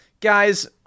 Guys